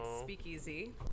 speakeasy